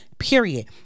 Period